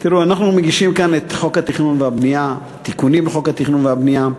אנחנו מגישים את התיקונים לחוק התכנון והבנייה,